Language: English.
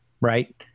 right